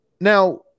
Now